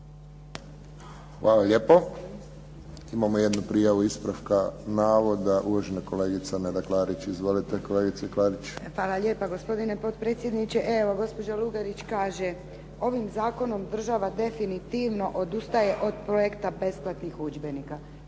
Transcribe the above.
Hvala lijepo. Imamo jednu ispravka navoda, uvažena kolegica Nada Klarić. Izvolite kolegice Klarić. **Klarić, Nedjeljka (HDZ)** Hvala lijepo gospodine potpredsjedniče. Evo gospođa Lugarić kaže, ovim zakonom država definitivno odustaje od projekta besplatnih udžbenika.